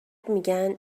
میگن